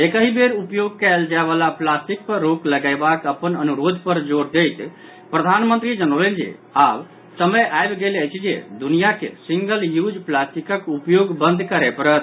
एकहि बेर उपयोग कयल जायवला प्लास्टिक पर रोक लगयबाक अपन अनुरोध पर जोर दैत प्रधानमंत्री जनौलनि जे आब समय आबि गेल अछि जे दुनिया के सिंगल यूज प्लास्टिकक उपयोग बंद करय पड़त